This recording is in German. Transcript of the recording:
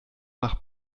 nach